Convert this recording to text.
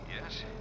Yes